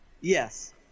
Yes